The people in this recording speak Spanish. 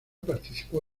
participó